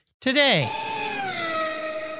today